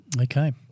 Okay